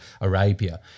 Arabia